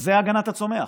זו הגנת הצומח.